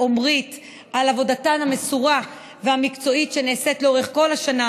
עומרית על עבודתן המסורה והמקצועית שנעשית לאורך כל השנה,